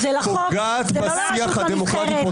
פוגעת בשיח הדמוקרטי,